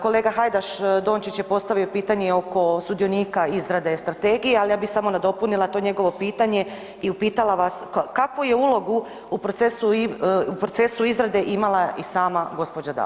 Kolega Hajdaš Dončić je postavio pitanje oko sudionika izrade strategije, al ja bi samo nadopunila to njegovo pitanje i upitala vas kakvu je ulogu u procesu izrade imala i sama gđa. Dalić?